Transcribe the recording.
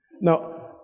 Now